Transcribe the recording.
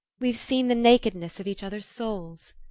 we've seen the nakedness of each other's souls.